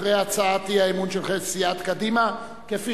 אחרי הצעת האי-אמון של סיעת קדימה כפי